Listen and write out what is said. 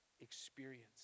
experience